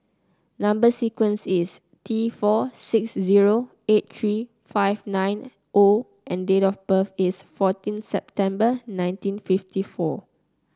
number sequence is T four six zero eight three five nine O and date of birth is fourteen September nineteen fifty four